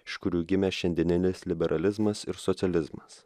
iš kurių gimė šiandieninis liberalizmas ir socializmas